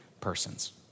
persons